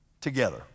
together